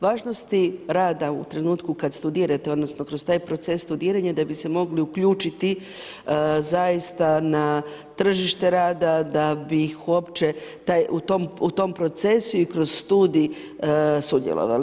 Važnosti rada u trenutku kad studirate, odnosno kroz taj proces studiranja da bi se mogli uključiti zaista na tržište rada, da bi uopće u tom procesu i kroz studij sudjelovali.